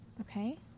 Okay